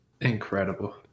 Incredible